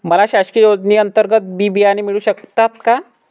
मला शासकीय योजने अंतर्गत बी बियाणे मिळू शकतात का?